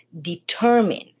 determine